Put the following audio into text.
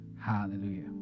Hallelujah